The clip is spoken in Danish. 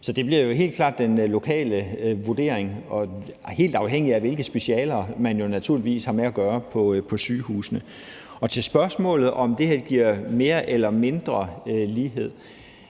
Så det bliver jo helt klart den lokale vurdering, og det er naturligvis helt afhængigt af, hvilke specialer man har med at gøre på sygehusene. Med hensyn til spørgsmålet, om det her giver mere eller mindre lighed,